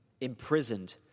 Imprisoned